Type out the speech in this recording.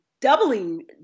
doubling